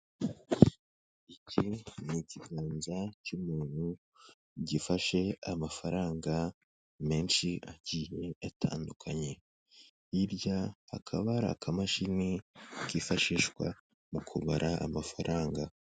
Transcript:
Iki ni ikiganza cy'umuntu gifashe amafaranga menshi agiye atandukanye, hirya akaba ari akamashini kifashishwa mu kubara amafaranga.